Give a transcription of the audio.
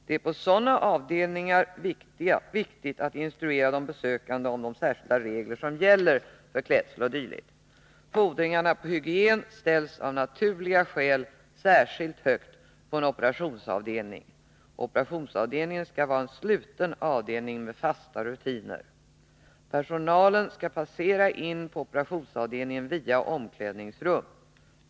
Det är på sådana avdelningar viktigt att instruera de besökande om de särskilda regler som gäller för klädsel o. d. Fordringarna på hygien ställs av naturliga skäl särskilt högt på en operationsavdelning. Operationsavdelningen skall vara en sluten avdelning med fasta rutiner. Personalen skall passera in på operationsavdelningen via omklädningsrum.